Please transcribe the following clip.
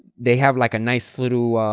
they have like a nice little